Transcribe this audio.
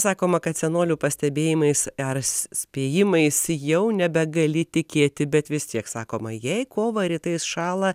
sakoma kad senolių pastebėjimais ar spėjimais jau nebegali tikėti bet vis tiek sakoma jei kovą rytais šąla